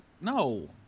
no